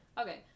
Okay